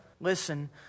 listen